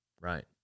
right